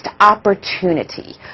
opportunity